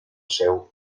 seu